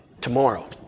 tomorrow